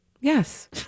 Yes